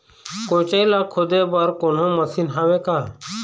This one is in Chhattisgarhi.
कोचई ला खोदे बर कोन्हो मशीन हावे का?